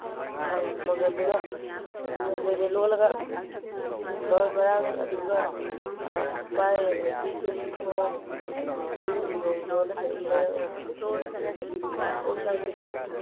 ꯑꯪ ꯃꯪꯒꯟꯗꯨꯒ ꯃꯪꯒꯟꯒ ꯑꯣꯏꯅ ꯂꯣꯜꯂꯒ ꯃꯔꯣꯏ ꯃꯔꯥꯡ ꯑꯗꯨꯒ ꯐꯛꯄꯥꯏ ꯑꯗꯒꯤ ꯇꯨꯅꯤꯡꯈꯣꯛ ꯐꯩꯗꯤꯒꯣꯝ ꯅꯨꯡꯗꯣꯝ ꯂꯣꯏꯅ ꯂꯩꯔꯛꯅꯕ ꯑꯩꯈꯣꯏ ꯁ꯭ꯋꯥꯏꯗꯤ